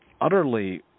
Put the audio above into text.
utterly